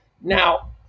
Now